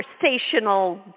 conversational